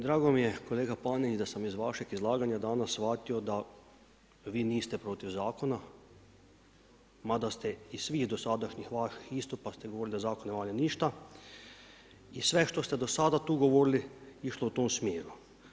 Drago mi je kolega Panenić da sam iz vašeg izlaganja danas shvatio da vi niste protiv zakona mada ste iz svih dosadašnjih vaših istupa ste govorili da zakon ne valja ništa i sve što ste do sada tu govorili išlo je u tom smjeru.